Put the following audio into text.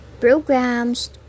programs